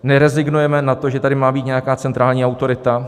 Nerezignujeme na to, že tady má být nějaká centrální autorita.